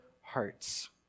hearts